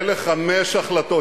אלה חמש החלטות,